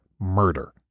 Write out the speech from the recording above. murder